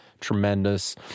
tremendous